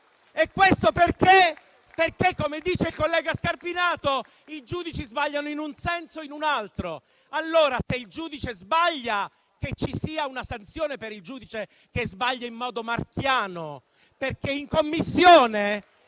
E questo perché, come dice il collega Scarpinato, i giudici sbagliano in un senso o in un altro. Allora, se il giudice sbaglia, che ci sia una sanzione per il giudice che sbaglia in modo marchiano. In Commissione